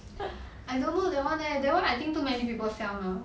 I don't know that one leh that one I think too many people sell now